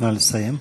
נא לסיים.